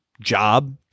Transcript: job